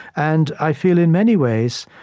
and i feel, in many ways,